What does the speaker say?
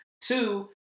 Two